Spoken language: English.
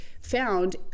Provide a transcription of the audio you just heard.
found